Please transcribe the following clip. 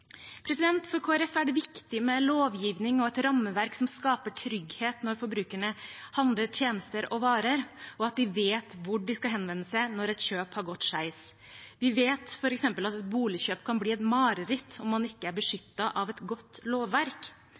For Kristelig Folkeparti er det viktig med en lovgivning og et rammeverk som skaper trygghet når forbrukerne handler tjenester og varer, og at de vet hvor de skal henvende seg når et kjøp har gått skeis. Vi vet f.eks. at et boligkjøp kan bli et mareritt om man ikke er beskyttet av et godt lovverk.